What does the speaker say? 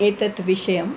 एतत् विषयम्